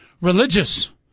Religious